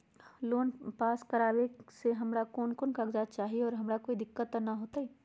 Loan pass करवावे में हमरा कौन कौन कागजात चाही और हमरा कोई दिक्कत त ना होतई?